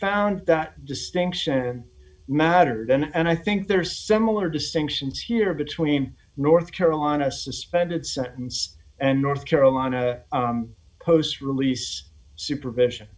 found that distinction mattered and i think there are similar distinctions here between north carolina suspended sentence and north carolina post release supervision